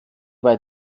bei